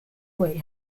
white